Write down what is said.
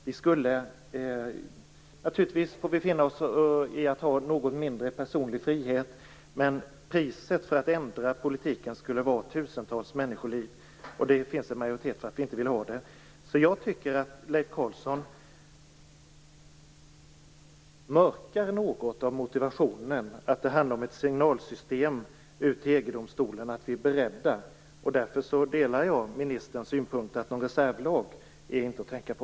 Vi skulle naturligtvis få finna oss i att ha en något mindre personlig frihet. Men priset för att ändra politiken skulle vara tusentals människoliv. Det finns en majoritet som inte vill ha det så. Leif Carlson mörkar något när det gäller motivet; det handlar om ett signalsystem ut till EG-domstolen om att vi är beredda. Därför delar jag ministerns synpunkt: Någon reservlag är inte att tänka på.